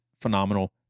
phenomenal